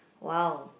wow